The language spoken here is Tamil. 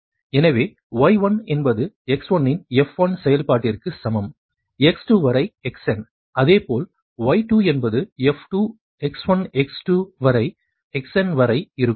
f எனவே y1 என்பது x1 இன் f1 செயல்பாட்டிற்குச் சமம் x2 வரை xn அதே போல் y2 என்பது f2 x1 x2 வரை xn வரை இருக்கும்